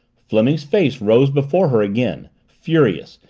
fleming's face rose before her again, furious,